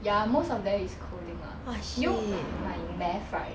ya most of them is coding ah you know like my math right